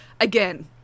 Again